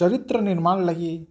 ଚରିତ୍ର ନିର୍ମାଣ ଲାଗି